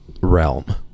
realm